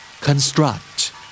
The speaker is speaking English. Construct